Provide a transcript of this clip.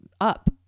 up